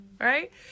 Right